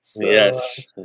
Yes